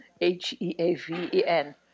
H-E-A-V-E-N